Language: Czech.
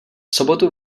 sobotu